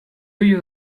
you